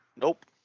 Nope